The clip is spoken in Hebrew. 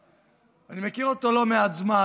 אני מכיר אותו לא מעט זמן,